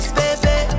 baby